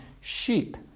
sheep